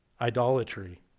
idolatry